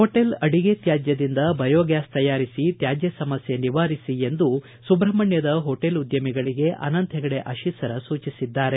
hotel ಅಡಿಗೆ ತ್ಕಾದ್ಧದಿಂದ biogas ತಯಾರಿಸಿ ತ್ಕಾದ್ಯ ಸಮಸ್ಯೆ ನಿವಾರಿಸಿ ಎಂದು ಸುಬ್ರಷ್ಮಣ್ಯದ ಹೋಟಲ್ ಉದ್ದಮಿಗಳಿಗೆ ಅನಂತ ಹೆಗಡೆ ಅತೀಸರ ಸೂಚಿಸಿದ್ದಾರೆ